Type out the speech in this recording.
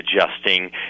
adjusting